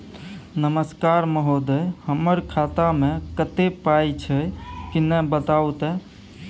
नमस्कार महोदय, हमर खाता मे कत्ते पाई छै किन्ने बताऊ त?